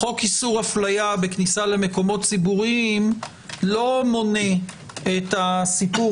חוק איסור אפליה בכניסה למקומות ציבוריים לא מונה את הסיפור